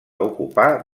ocupar